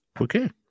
Okay